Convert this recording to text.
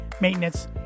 maintenance